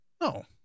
No